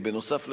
בנוסף לכך,